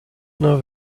know